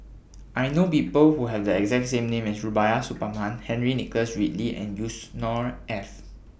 I know People Who Have The exact name as Rubiah Suparman Henry Nicholas Ridley and Yusnor Ef